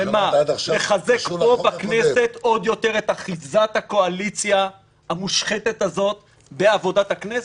לחזק פה בכנסת עוד יותר את אחיזת הקואליציה המושחתת הזאת בעבודת הכנסת?